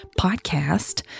podcast